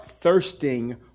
thirsting